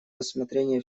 рассмотрение